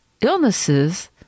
illnesses